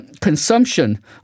Consumption